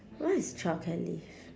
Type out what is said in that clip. what is childcare leave